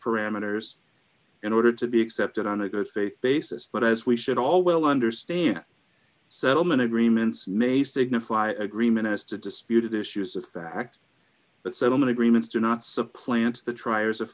parameters in order to be accepted on a good faith basis but as we should all well understand settlement agreements may signify agreement as to disputed issues of fact but settlement agreements do not supplant the tr